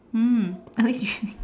mm okay